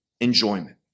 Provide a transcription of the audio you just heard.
enjoyment